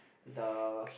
the